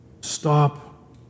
Stop